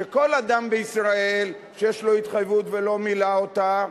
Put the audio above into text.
שכל אדם בישראל שיש לו התחייבות ולא מילא אותה,